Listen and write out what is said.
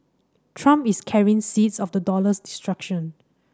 Trump is carrying seeds of the dollar's destruction